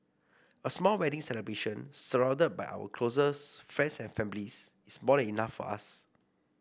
a small wedding celebration surrounded by our closest friends and families is more enough for us